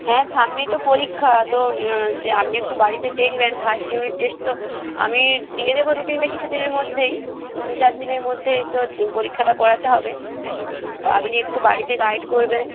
হ্যাঁ সামনেই তো পরীক্ষা তো হচ্ছে আপনি একটু বাড়িতে দেখবেন ফার্স্ট ইউনিট টেস্ট তো আমি দিয়ে দেব রুটিনটা কিছুদিনের মধ্যেই দু চার দিনের মধ্যেই তো পরীক্ষাটা করাতে হবে তো আপনি একটু বাড়িতে গাইড করবেন